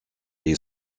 est